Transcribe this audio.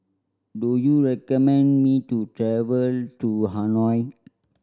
do you recommend me to travel to Hanoi